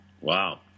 Wow